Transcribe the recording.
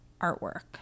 artwork